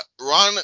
Ron